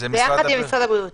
זה יחד עם משרד הבריאות.